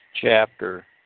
chapter